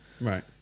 Right